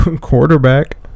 Quarterback